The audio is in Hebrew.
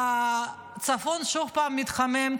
הצפון עוד פעם מתחמם,